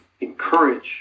encourage